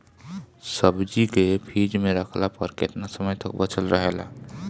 सब्जी के फिज में रखला पर केतना समय तक बचल रहेला?